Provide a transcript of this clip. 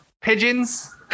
Pigeons